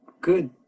Good